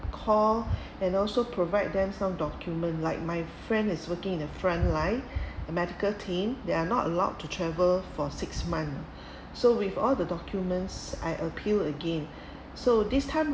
call and also provide them some document like my friend is working in the front line a medical team they are not allowed to travel for six month so with all the documents I appeal again so this time